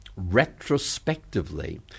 retrospectively